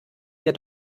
der